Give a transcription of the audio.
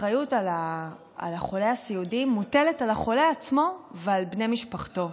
האחריות על החולה הסיעודי מוטלת על החולה עצמו ועל בני משפחתו.